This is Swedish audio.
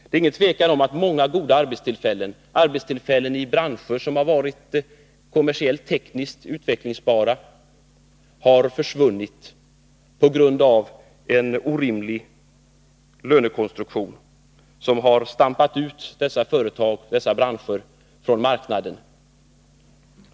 Det är inget tvivel om att många goda arbetstillfällen i branscher som har varit kommersiellt och tekniskt utvecklingsbara har försvunnit på grund av en orimlig lönenivå, som har fört ut dessa företag och branscher från marknaden.